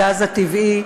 הגז הטבעי,